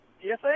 Yes